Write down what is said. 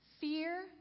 fear